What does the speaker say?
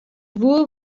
woe